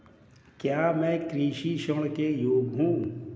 क्या मैं कृषि ऋण के योग्य हूँ?